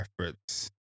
reference